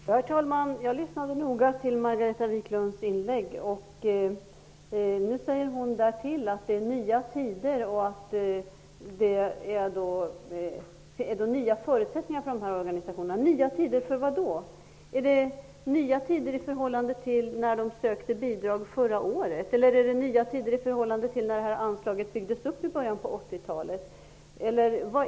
Herr talman! Jag lyssnade noga på Margareta Viklunds inlägg. Nu säger hon därtill att det är nya tider och nya förutsättningar för organisationerna. För vad är det nya tider? Är det nya tider i förhållande till när de sökte bidrag förra året? Eller är det nya tider i förhållande till när anslaget byggdes upp i början på 80-talet?